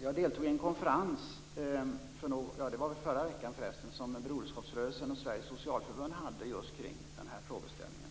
Jag deltog i en konferens i förra veckan som Broderskapsrörelsen och Sveriges socialförbund hade just kring den här frågeställningen.